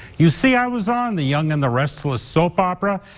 you see i was on the young and the restless soap opera.